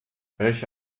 welche